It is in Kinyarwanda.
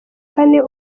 kane